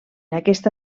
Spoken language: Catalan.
aquesta